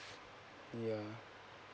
yeah